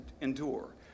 endure